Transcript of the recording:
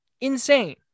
insane